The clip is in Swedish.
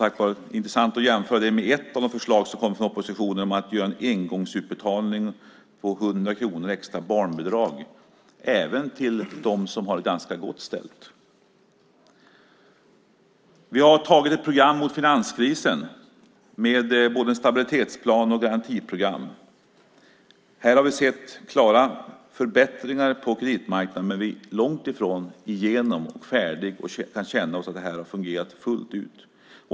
Det är intressant att jämföra det med ett av de förslag som kom från oppositionen om att göra en engångsutbetalning på 100 kronor extra i barnbidrag, även till dem som har det ganska gott ställt. Vi har antagit ett program mot finanskrisen med både en stabilitetsplan och ett garantiprogram. Här har vi sett klara förbättringar på kreditmarknaden, men vi är långt ifrån färdiga, långt ifrån att känna att det här har fungerat fullt ut.